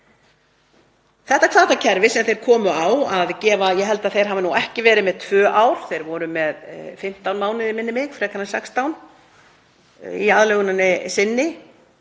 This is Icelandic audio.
Þetta hvatakerfi sem þeir komu á — ég held að það hafi nú ekki verið tvö ár, þeir voru með 15 mánuði, minnir mig frekar en 16, í aðlöguninni sinni